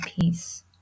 peace